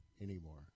anymore